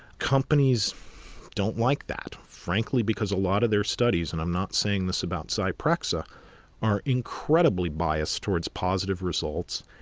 companies don't like that. frankly, because a lot of their studies and i'm not saying this about zyprexa are incredibly biased towards positive results,